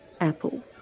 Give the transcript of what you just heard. apple